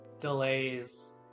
delays